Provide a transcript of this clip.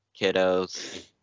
kiddos